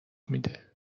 میده